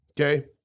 okay